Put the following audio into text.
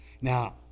now